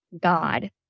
God